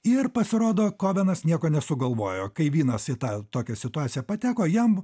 ir pasirodo kobenas nieko nesugalvojo kai vinas į tą tokią situaciją pateko jam